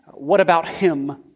what-about-him